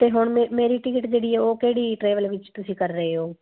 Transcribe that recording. ਤੇ ਹੁਣ ਮੇਰੀ ਟਿਕਟ ਜਿਹੜੀ ਐ ਉਹ ਕਿਹੜੀ ਟਰੈਵਲ ਵਿੱਚ ਤੁਸੀਂ ਕਰ ਰਹੇ ਹੋ